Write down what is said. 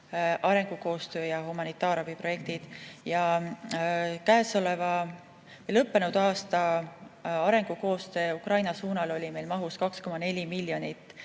arengukoostöö‑ ja humanitaarabiprojektid. Lõppenud aasta arengukoostöö Ukraina suunal oli meil mahus 2,4 miljonit